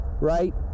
right